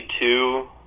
two